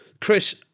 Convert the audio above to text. Chris